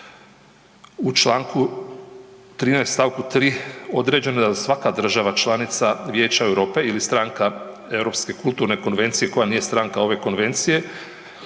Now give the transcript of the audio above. U čl. 13. st. 3. određeno je da svaka država članica Vijeća EU ili stranka Europske kulturne konvencije koja nije stranka ove Konvencije,